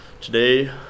Today